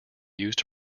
used